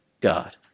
God